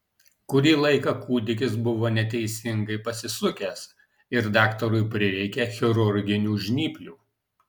kurį laiką kūdikis buvo neteisingai pasisukęs ir daktarui prireikė chirurginių žnyplių